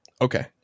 Okay